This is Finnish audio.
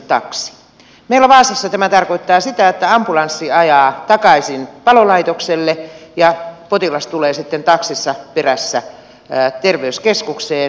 meillä vaasassa tämä tarkoittaa sitä että ambulanssi ajaa takaisin palolaitokselle ja potilas tulee sitten taksissa perässä terveyskeskukseen